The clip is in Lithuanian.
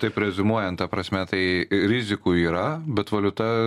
taip reziumuojant ta prasme tai rizikų yra bet valiuta